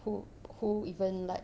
who who even like